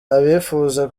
abifuza